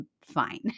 fine